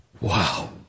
Wow